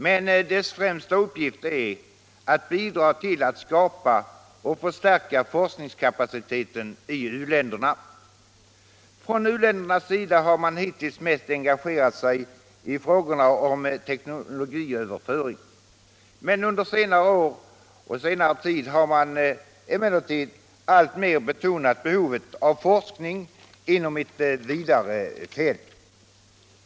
Men beredningens främsta uppgifter är att bidra till att skapa och förstärka forskningskapacitet i u-länderna. Från u-ländernas sida har man hittills mest engagerat sig i frågorna om teknologiöverföring. Men under scnare tid har man alltmer betonat behovet av forskning inom ct vidare fält.